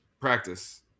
practice